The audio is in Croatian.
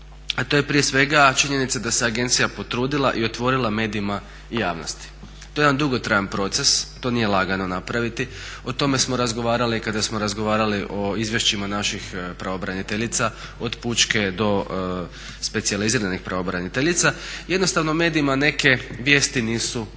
to je prije svega činjenica da se agencija potrudila i otvorila medijima i javnosti. To je jedan dugotrajan proces, to nije lagano napraviti, o tome smo razgovarali kada smo razgovarali o izvješćima naših pravobraniteljica od pučke do specijaliziranih pravobraniteljica. Jednostavno medijima neke vijesti nisu atraktivne.